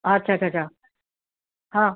अच्छा अच्छा अच्छा हां